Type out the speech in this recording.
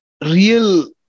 real